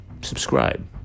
subscribe